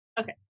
okay